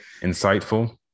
insightful